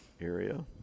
area